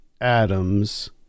Adams